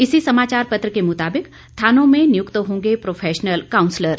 इसी समाचार पत्र के मुताबिक थानों में नियुक्त होंगे प्रोफेशनल काउंसलर